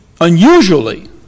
unusually